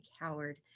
Howard